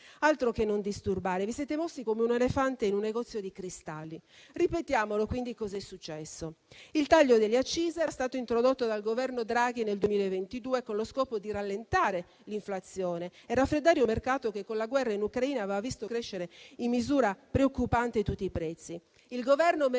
Altro che non disturbare, vi siete mossi come un elefante in un negozio di cristalli. Ripetiamo, quindi, cosa è successo. Il taglio delle accise era stato introdotto dal Governo Draghi nel 2022 con lo scopo di rallentare l'inflazione e raffreddare un mercato che, con la guerra in Ucraina, aveva visto crescere in misura preoccupante tutti i prezzi.